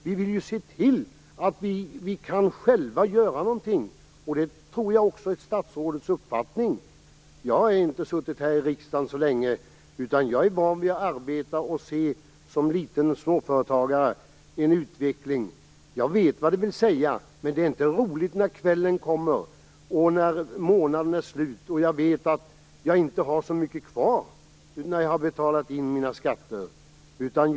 Vi vill se till att vi själva kan göra något. Det tror jag också är statrådets uppfattning. Jag har inte suttit i riksdagen så länge. Jag är van vid att arbeta och att som småföretagare se en utveckling. Jag vet vad det vill säga. Det är inte roligt när kvällen kommer, när månaden är slut, och jag vet att jag inte har så mycket kvar efter det att mina skatter är inbetalda.